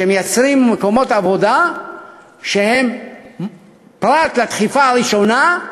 שמייצרים מקומות עבודה שפרט לדחיפה הראשונה,